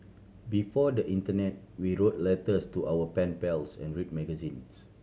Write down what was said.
before the internet we wrote letters to our pen pals and read magazines